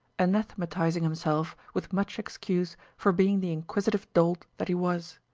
anathematizing himself with much excuse for being the inquisitive dolt that he was.